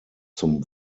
zum